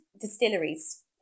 distilleries